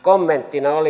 kommenttina oli